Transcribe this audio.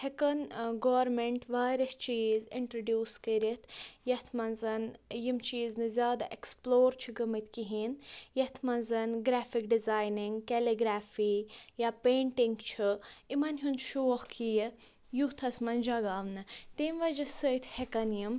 ہٮ۪کَن گورمِنٹ واریاہ چیٖز اِٹرڈوٗس کٔرِتھ یَتھ منٛز یِم چیٖز نہٕ زیادٕ اٮ۪کٕسپُلور چھِ گٔمٕتۍ کِہیٖنۍ یَتھ منٛز گیرافِک ڈِزایِنِگ کٮ۪لگرافی یا پٮ۪نٹِنگ چھِ یِمَن ہُنٛد شوق یِیہِ یوٗتھَس منٛز جگاوٕنہٕ تٔمۍ وَجہ سۭتۍ ہٮ۪کَن یِم